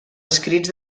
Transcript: escrits